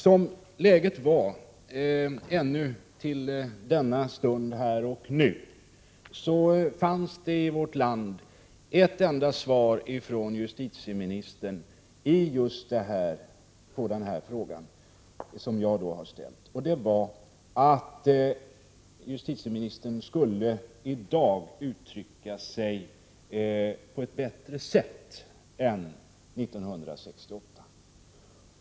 Som läget var ännu till denna stund här och nu har det från justitieministern bara lämnats ett svar på den fråga jag har ställt, och det var att justitieministern i dag skulle uttrycka sig på ett bättre sätt än 1968.